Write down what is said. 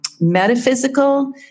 metaphysical